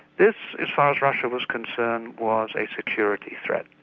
this, as far as russia was concerned, was a security threat.